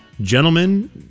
gentlemen